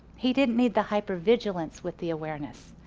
he didn't need the hyper vigilance with the awareness.